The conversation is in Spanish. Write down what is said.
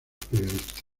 periodistas